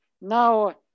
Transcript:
now